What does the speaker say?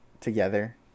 together